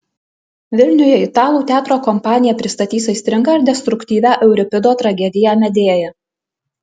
vilniuje italų teatro kompanija pristatys aistringą ir destruktyvią euripido tragediją medėja